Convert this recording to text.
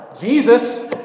Jesus